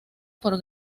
por